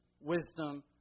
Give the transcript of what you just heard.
wisdom